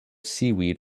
seaweed